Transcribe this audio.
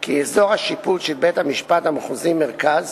כי אזור השיפוט של בית-המשפט המחוזי מרכז